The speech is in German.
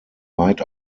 weit